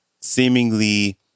seemingly